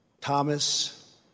Thomas